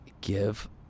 give